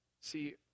See